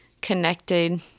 connected